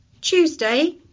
Tuesday